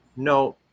No